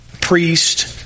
priest